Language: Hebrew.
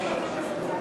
בבקשה.